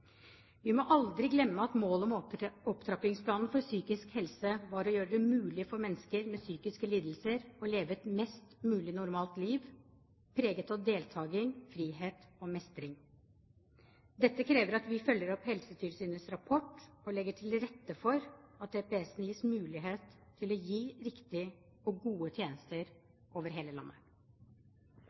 Vi må aldri glemme at målet med Opptrappingsplanen for psykisk helse var å gjøre det mulig for mennesker med psykiske lidelser å leve et mest mulig normalt liv preget av deltaking, frihet og mestring. Dette krever at vi følger opp Helsetilsynets rapport og legger til rette for at DPS-ene gis mulighet til å gi riktige og gode tjenester over hele landet.